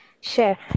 Chef